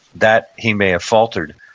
that he may have faltered.